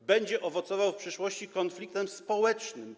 będzie owocował w przyszłości konfliktem społecznym.